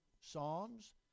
Psalms